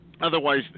Otherwise